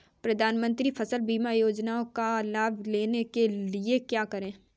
प्रधानमंत्री फसल बीमा योजना का लाभ लेने के लिए क्या करें?